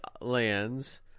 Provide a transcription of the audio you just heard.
lands